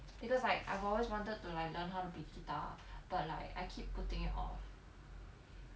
because like I've always wanted to like learn how to play guitar but like I keep putting it off